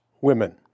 women